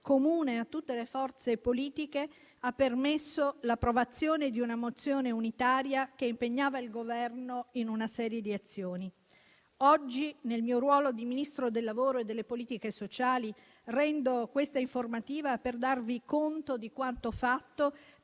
comune a tutte le forze politiche, ha permesso l'approvazione di una mozione unitaria che impegnava il Governo a mettere in campo una serie di azioni. Oggi, nel mio ruolo di Ministro del lavoro e delle politiche sociali, rendo questa informativa per darvi conto di quanto fatto